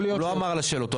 הוא לא אמר על השאלות.